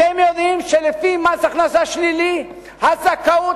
אתם יודעים שלפי מס הכנסה שלילי הזכאות